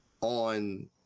on